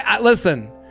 Listen